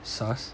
SARS